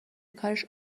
کارش